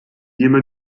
jemand